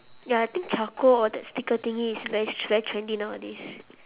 ya I think charcoal or that sticker thingy is very very trendy nowadays